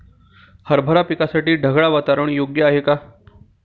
हरभरा पिकासाठी ढगाळ वातावरण योग्य आहे का?